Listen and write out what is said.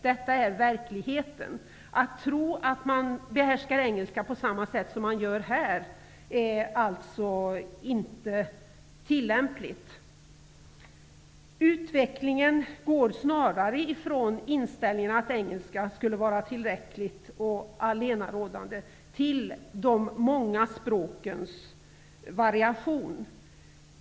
Detta är verkligheten. Att tro att man där behärskar engelska på samma sätt som här är alltså inte realistiskt. Utvecklingen går snarare ifrån inställningen att engelska skulle vara tillräckligt och allenarådande till de många språkens variation.